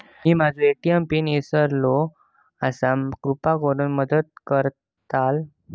मी माझो ATM PIN इसरलो आसा कृपा करुन मदत करताल